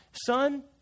Son